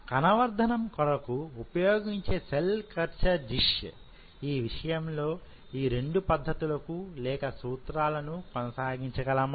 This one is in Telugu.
కణ వర్ధనం కొరకు ఉపయోగించే సెల్ కల్చర్ డిష్ ఈ విషయంలో ఈ రెండు పద్ధతులు లేక సూత్రాలను కొనసాగించగలమా